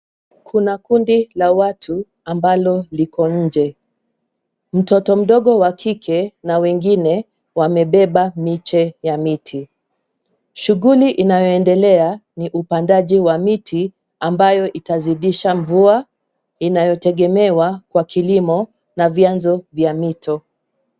Kuna kundi la watu ambalo liko nje, mtoto mdogo wa kike na wengine wamebeba miche ya miti. Shughuli inayoendelea ni upandaji wa miti, ambayo itazidisha mvua inayotegemewa kwa kilimo na vyanzo vya mito.